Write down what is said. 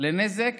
לנזק